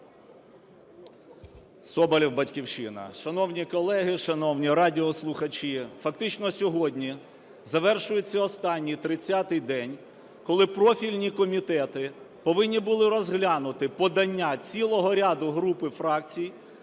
Соболєв, "Батьківщина". Шановні колеги, шановні радіослухачі! Фактично сьогодні завершується останній, 30-й день, коли профільні комітети повинні були розглянути подання цілого ряду груп і фракцій